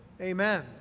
Amen